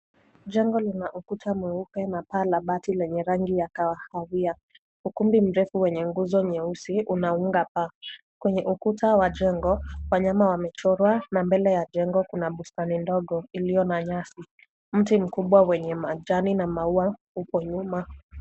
Jengo lina ukuta mweupe na paa la bati lenye rangi ya kahawia. Ukumbi mrefu wenye nguzo nyeusi, unaunga paa. Kwenye ukuta wa jengo, wanyama wamechorwa, na mbele ya jengo kuna bustani ndogo iliyo na nyasi. Mti mkubwa wenye majani na maua upo nyuma.